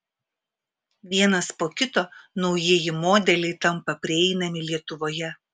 vienas po kito naujieji modeliai tampa prieinami lietuvoje